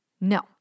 No